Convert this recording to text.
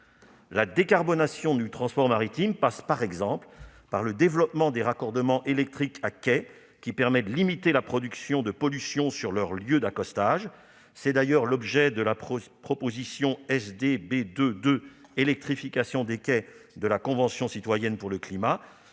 La décarbonation du transport maritime passe, par exemple, par le développement des raccordements électriques à quai qui permet de limiter la production de pollution sur le lieu d'accostage. C'est l'objet de la proposition SD-B2.2 « Électrification des quais » de la Convention citoyenne pour le climat,